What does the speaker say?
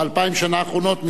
ב-2,000 שנה האחרונות,